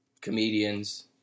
comedians